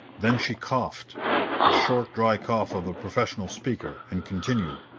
then she coughed the short, dry cough of the professional speaker and continued